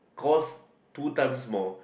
cost two times more